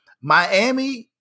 Miami